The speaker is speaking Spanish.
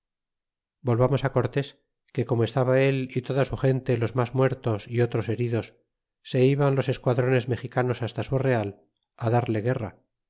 volvamos cortes que como estaba él y toda su gente los mas muertos y otros heridos se iban los esquadrones mexicanos hasta su real darle guerra